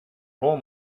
whole